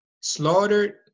slaughtered